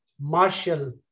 Marshall